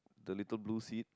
the little blue seat